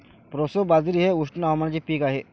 proso बाजरी हे उष्ण हवामानाचे पीक आहे